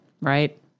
right